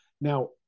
now